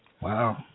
Wow